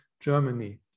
Germany